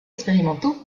expérimentaux